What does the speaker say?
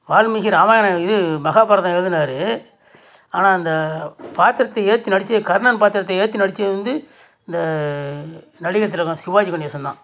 வால்மீகி ராமாயணம் இது மகாபாரதம் எழுதினாரு ஆனால் அந்த பாத்திரத்த ஏற்றி நடித்தது கர்ணன் பாத்திரத்த ஏற்றி நடித்தது வந்து இந்த நடிகர் திலகம் சிவாஜி கணேசன் தான்